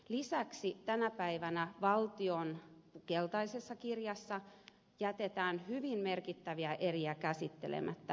lisäksi tänä päivänä valtion keltaisessa kirjassa jätetään hyvin merkittäviä eriä käsittelemättä